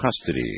custody